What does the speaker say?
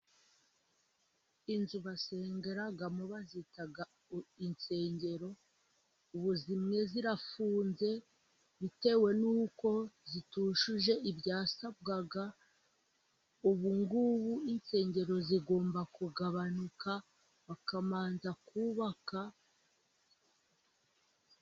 Inzu basengeramo bazita insengero, ubu zimwe zirafunze bitewe nuko zitujuje ibyasabwaga, ubungubu insengero zigomba kugabanuka bakamanza kubaka.